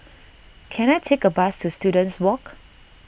can I take a bus to Students Walk